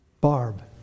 Barb